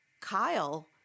Kyle